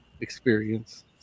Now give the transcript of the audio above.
experience